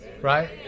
Right